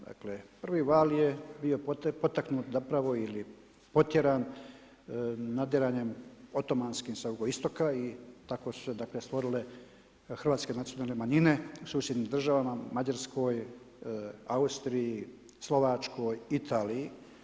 Dakle prvi val je bio potaknut zapravo ili potjeran nadiranjem otomanskim sa jugoistoka i tako su se dakle stvorile hrvatske nacionalne manjine u susjednim državama Mađarskoj, Austriji, Slovačkoj, Italiji.